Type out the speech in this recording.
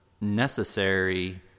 necessary